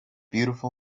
beautiful